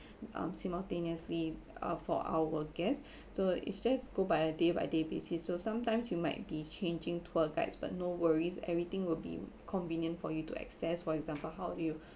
um simultaneously uh for our guests so it's just go by day by day basis so sometimes you might be changing tour guides but no worries everything will be convenient for you to access for example how do you